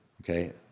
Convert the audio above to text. Okay